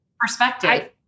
perspective